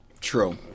True